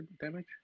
damage